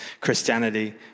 Christianity